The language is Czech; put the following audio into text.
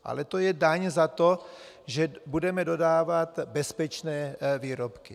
Ale to je daň za to, že budeme dodávat bezpečné výrobky.